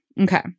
Okay